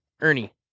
Ernie